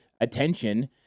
attention